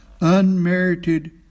unmerited